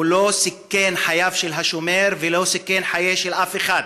הוא לא סיכן את חייו של השומר ולא סיכן את חייו של אף אחד.